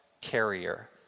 carrier